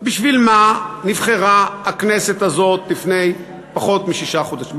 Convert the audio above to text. בשביל מה נבחרה הכנסת הזאת לפני פחות משישה חודשים,